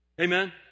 Amen